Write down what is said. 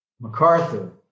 MacArthur